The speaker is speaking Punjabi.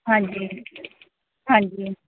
ਹਾਂਜੀ ਹਾਂਜੀ